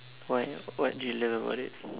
why what did you learn about it